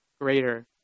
Greater